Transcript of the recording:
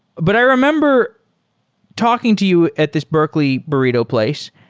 but i remember talking to you at this berkeley burrito place,